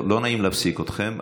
לא נעים להפסיק אתכם,